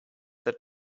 that